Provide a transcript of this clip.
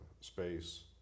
space